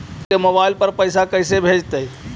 कोई के मोबाईल पर पैसा कैसे भेजइतै?